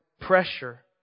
pressure